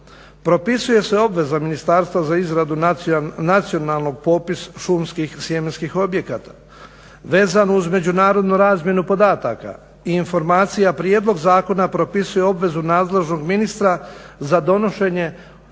Propisuje se obveza Ministarstva za izradu nacionalnog popisa šumskih sjemenskih objekata. Vezano uz međunarodnu razmjenu podataka i informacija, prijedlog zakona propisuje obvezu nadležnog ministra za donošenje